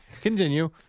continue